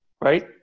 Right